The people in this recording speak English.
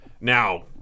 Now